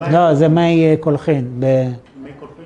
לא, זה מי קולחן.